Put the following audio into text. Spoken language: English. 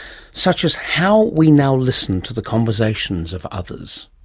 such as how we now listen to the conversations of others.